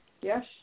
Yes